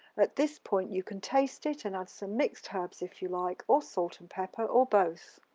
at this point, you can taste it and add some mixed herbs if you like or salt and pepper or both.